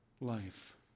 life